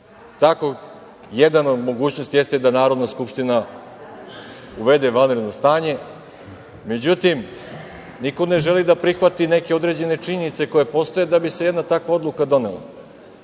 Jedna od mogućnosti jeste da Narodna skupština uvede vanredno stanje, međutim, niko ne želi da prihvati neke određene činjenice koje postoje da bi se jedna takva odluka donela.